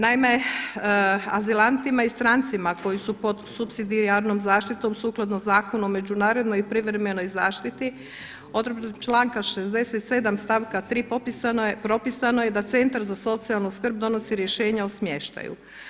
Naime, azilantima i strancima koji su pod supsidijarnom zaštitom sukladno Zakonu o međunarodnoj i privremenoj zaštiti odredbom članka 67. stavka 3. propisano je da centar za socijalnu skrb donosi rješenje o smještaju.